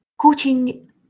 Coaching